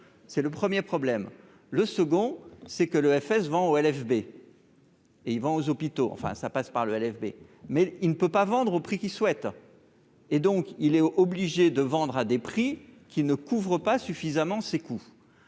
c'est le premier problème, le second c'est que l'EFS vend au LFB. Et ils vont aux hôpitaux, enfin, ça passe par le LFB mais il ne peut pas vendre au prix qu'il souhaite et donc il est obligé de vendre à des prix qui ne couvrent pas suffisamment ses coûts,